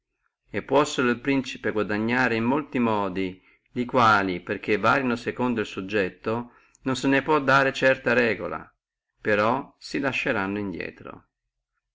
e puosselo el principe guadagnare in molti modi li quali perché variano secondo el subietto non se ne può dare certa regola e però si lasceranno indrieto